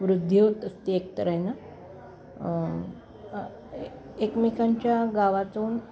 वृद्धी होत असते एक तऱ्हेनं एकमेकांच्या गावातून